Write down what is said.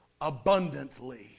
abundantly